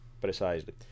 Precisely